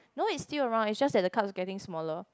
no it's still around it's just that the cup's getting smaller